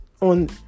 On